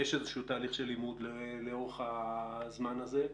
שיש איזשהו תהליך של לימוד לאורך הזמן הזה,